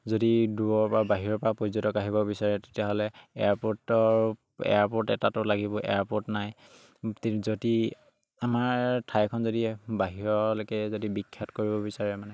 যদি দূৰৰ পৰা বাহিৰৰ পৰা পৰ্যটক আহিব বিচাৰে তেতিয়াহ'লে এয়াৰপ'ৰ্টৰ এয়াৰপ'ৰ্ট এটাটো লাগিব এয়াৰপ'ৰ্ট নাই যদি আমাৰ ঠাইখন যদি বাহিৰলৈকে যদি বিখ্যাত কৰিব বিচাৰে মানে